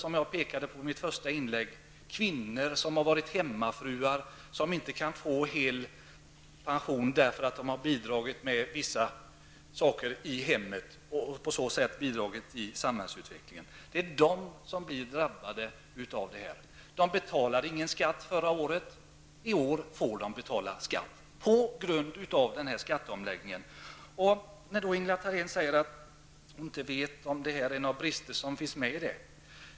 Som jag påpekade i mitt första inlägg är det ofta kvinnor som har varit hemmafruar och som nu inte kan få full pension därför att de har ägnat sig åt hemmets skötsel och därmed bidragit till samhällsutvecklingen. Det är alltså just de som nu drabbas. Förra året betalade de ingen skatt, men i år får de göra det på grund av skatteomläggningen. Ingela Thalén säger att hon inte vet om det är en brist i sammanhanget.